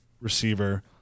receiver